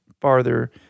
farther